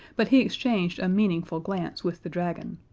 but he exchanged a meaningful glance with the dragon,